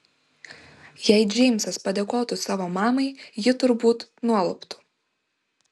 jei džeimsas padėkotų savo mamai ji turbūt nualptų